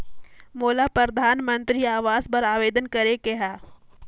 मोला परधानमंतरी आवास बर आवेदन करे के हा?